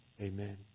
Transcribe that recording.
Amen